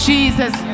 Jesus